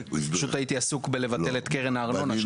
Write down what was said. פשוט הייתי עסוק בביטול קרן הארנונה,